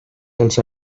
els